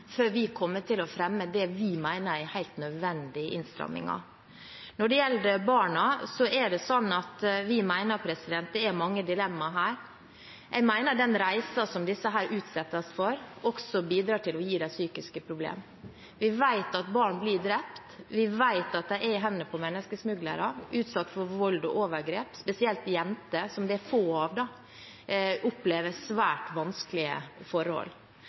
før vi kommer til å fremme det vi mener er helt nødvendige innstramminger. Når det gjelder barna, mener vi at det er mange dilemmaer her. Jeg mener at den reisen som disse utsettes for, også bidrar til å gi dem psykiske problemer. Vi vet at barn blir drept, vi vet at de er i hendene på menneskesmuglere, at de er utsatt for vold og overgrep. Spesielt jenter, som det er få av, opplever svært vanskelige forhold.